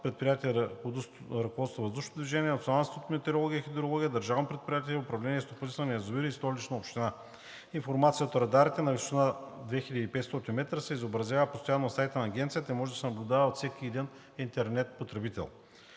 предприятие „Ръководство на въздушното движение“, Националния институт по метеорология и хидрология, Държавно предприятие „Управление и стопанисване на язовири“ и Столичната община. Информацията от радарите на височина 2500 м се изобразява постоянно на сайта на Агенцията и може да се наблюдава от всеки интернет потребител.